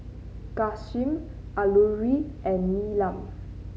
Ghanshyam Alluri and Neelam